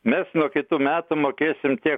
mes nuo kitų metų mokėsim tiek